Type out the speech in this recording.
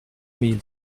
mille